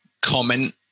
comment